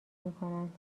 میکنند